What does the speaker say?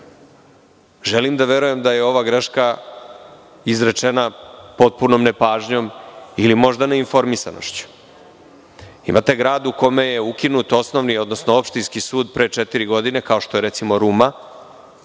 Želim da verujem da je ova greška izrečena potpunom nepažnjom ili možda neinformisanošću. Imate grad u kome je ukinut osnovno odnosno opštinski sud pre četiri godine, kao što je recimo Ruma,